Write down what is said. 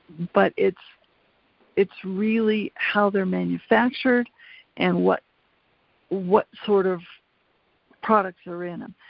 but it's it's really how they're manufactured and what what sort of products are in em.